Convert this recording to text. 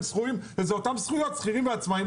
אותן זכויות לשכירים ולעצמאים.